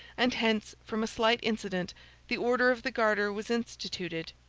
and hence from a slight incident the order of the garter was instituted,